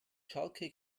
schalke